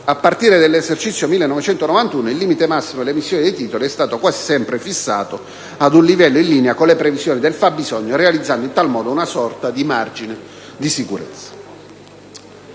A partire dall'esercizio 1991, il limite massimo dell'emissione dei titoli è stato quasi sempre fissato ad un livello in linea con le previsioni del fabbisogno, realizzando in tal modo una sorta di margine di sicurezza.